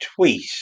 tweet